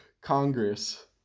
Congress